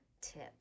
tip